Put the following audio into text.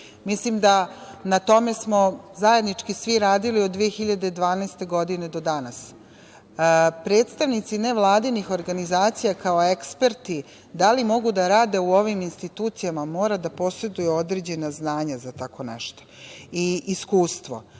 Mislim da na tome smo zajednički svi radili od 2012. godine do danas. Predstavnici nevladinih organizacija kao eksperti, da li mogu da rade u ovim institucijama, moraju da poseduju određena znanja za tako nešto i iskustvo.